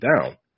down